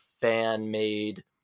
fan-made